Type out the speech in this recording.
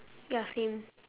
ya same